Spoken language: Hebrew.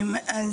תודה.